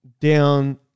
down